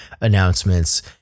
announcements